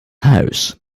house